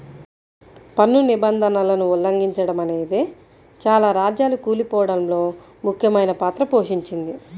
పన్ను నిబంధనలను ఉల్లంఘిచడమనేదే చాలా రాజ్యాలు కూలిపోడంలో ముఖ్యమైన పాత్ర పోషించింది